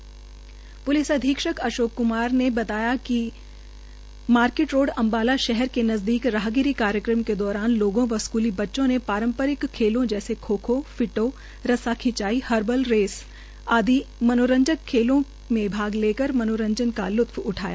Ambala police अधीक्षक अशोक क्मार ने बताया कि मार्किट रोड अम्बाला शहर के नज़दीक राहगीरी कार्यक्रम के दौरान लोगों व स्कूली बच्चों ने पारस्परिक खेलों जैसे खो खो फिटो रस्सा खिचाई हर्डल रेस इत्यादि मनोरंजन खेलों का लुत्फ उठाया